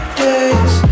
days